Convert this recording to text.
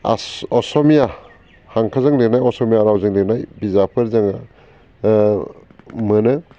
असमिया हांखोजों लिरनाय असमिया रावजों लिरनाय बिजाबफोर जों मोनो